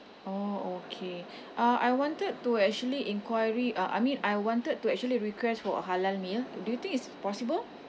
oh okay uh I wanted to actually enquiry uh I mean I wanted to actually request for a halal meal do you think it's possible